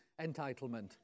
entitlement